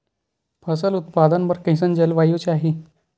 फसल उत्पादन बर कैसन जलवायु चाही?